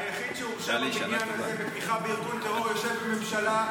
היה לנו מאוד קשה להיכנס לתוך הממשלה הזו.